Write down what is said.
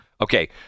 Okay